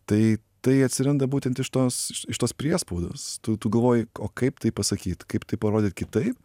tai tai atsiranda būtent iš tos iš tos priespaudos tu tu galvoji o kaip tai pasakyt kaip tai parodyt kitaip